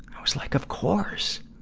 i was like, of course!